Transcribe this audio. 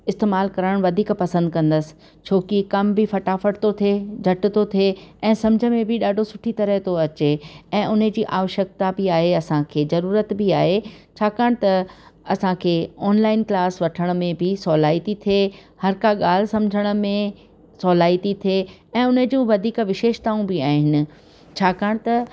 इस्तेमालु करण वधीक पसंदि कंदसि छो कि कमु बि फटाफट थो थिए झटि थो थिए ऐं समुझ में बि ॾाढो सुठो तरह तो अचे ऐं हुनजी आवश्यकता बि आहे असांखे ज़रूरत बि आहे छाकाणि त असांखे ऑनलाइन क्लास वठण में बि सहूलाई थी थिए हर का ॻाल्हि समुझण में सहूलाई थी थिए ऐं हुनजूं वधीक विशेषताऊं बि आहिनि छाकाणि त